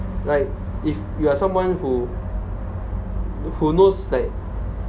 like if you're someone who who knows that